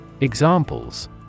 Examples